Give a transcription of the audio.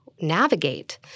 navigate